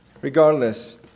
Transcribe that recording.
Regardless